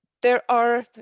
there are,